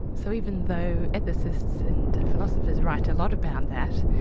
so even though ethicists and philosophers write a lot about that,